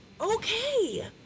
okay